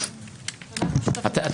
אנחנו.